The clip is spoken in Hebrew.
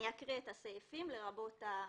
אני אקריא את הסעיפים לרבות התיקונים.